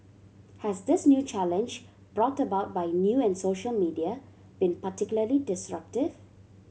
has this new challenge brought about by new and social media been particularly disruptive